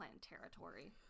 territory